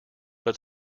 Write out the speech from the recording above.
but